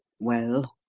well?